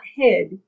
head